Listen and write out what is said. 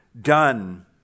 done